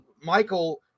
Michael